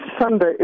Sunday